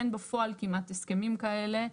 אין בפועל כמעט הסכמים כאלה.